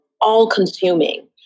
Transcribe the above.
all-consuming